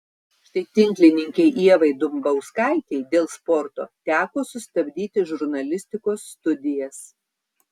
štai tinklininkei ievai dumbauskaitei dėl sporto teko sustabdyti žurnalistikos studijas